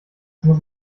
muss